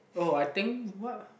oh I think what